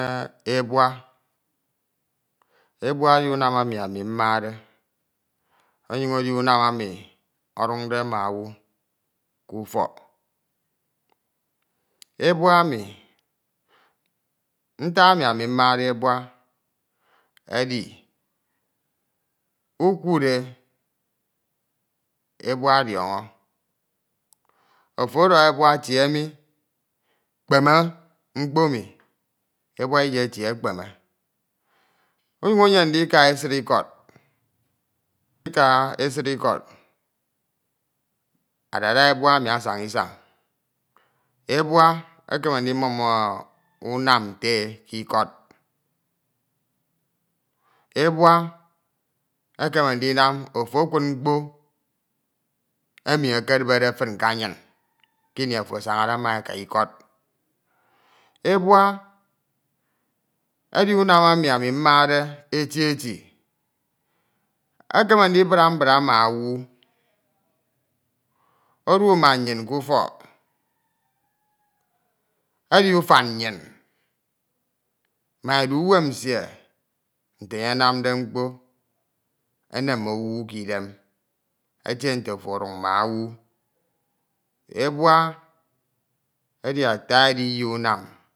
Ebua, ebua edi unam amù mmade ọnyuṅ edi unam emi ọdunde ma owu ke ujọk. Ebua emi, ntark ami ami mmade ebua edi ukuude e ebua odioño, ófo ọdọhọ ebua tie mi kpeme mkpo mi, ebua lyetie ẹkpeme, umyuñ uyem ndika esid ikọd, adada ebua emi anaña isañ isañ. Ebua ekeme ndimum ntee ke ikod. Ebua ekame ndinam ofo ekud mkpo emi ekedibede fén ke anyin ke ṅoi ofo asañade ma e aka ikọd. Ebua edi unam emi anu mmade eti eti, ekeme ndibra mbra ma owu, edu ma nnyin ke ufọk, edi ufañ nnyin, ma edu uuem nsie nte enye anamde mkpo enem owu ke ìdem, etie nte ofo ọdun ma owu. Ebua edu ata edìye unam.